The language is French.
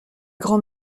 grand